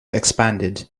expanded